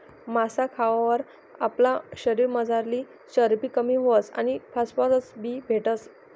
मासा खावावर आपला शरीरमझारली चरबी कमी व्हस आणि फॉस्फरस बी भेटस